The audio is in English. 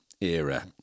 era